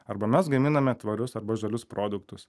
arba mes gaminame tvarius arba žalius produktus